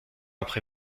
après